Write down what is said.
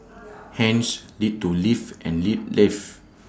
hence learn to live and lit live